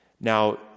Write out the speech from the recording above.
Now